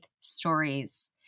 stories